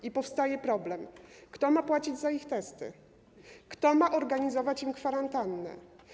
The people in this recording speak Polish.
I powstaje problem, kto ma płacić za ich testy, kto ma organizować im kwarantannę.